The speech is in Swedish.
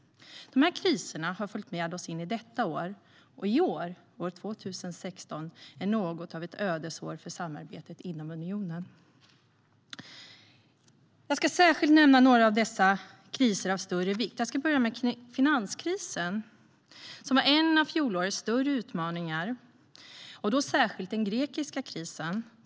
De har följt med oss in i detta år, 2016, som är något av ett ödesår för samarbetet inom unionen. Jag ska särskilt nämna några av dessa kriser av större vikt. Jag ska börja med finanskrisen. Den var en av fjolårets större utmaningar, och då särskilt den grekiska krisen.